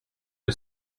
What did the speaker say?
que